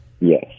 Yes